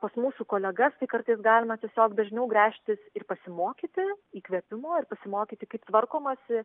pas mūsų kolegas tai kartais galima tiesiog dažniau gręžtis ir pasimokyti įkvėpimo ir pasimokyti kaip tvarkomasi